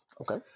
Okay